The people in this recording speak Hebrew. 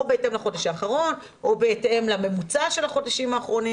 או בהתאם לחודש האחרון או בהתאם לממוצע של החודשים האחרונים,